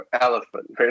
elephant